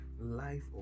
life